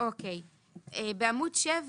בעמוד 7,